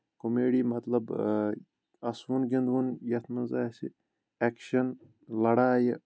comedy مطلب اَسوُن گِنٛدوُن یَتھ منٛز آسہِ ایکشَن لڑایہِ